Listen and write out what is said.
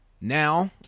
Now